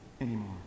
anymore